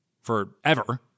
forever